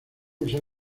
usar